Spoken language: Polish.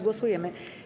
Głosujemy.